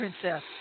Princess